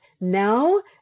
now